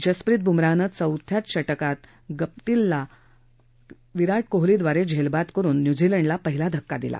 जसप्रीत बुमराहनं चौथ्याचं षटकात गप्टीलला विराट कोहलीदवारे झेलबाद करुन न्युझीलंडला पहिला धक्का दिला